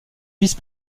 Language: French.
vice